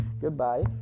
Goodbye